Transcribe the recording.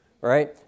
right